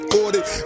ordered